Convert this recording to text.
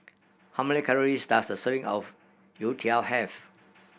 how many calories does a serving of youtiao have